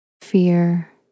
fear